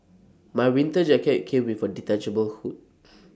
my winter jacket came with A detachable hood